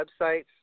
websites